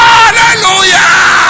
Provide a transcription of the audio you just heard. Hallelujah